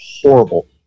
horrible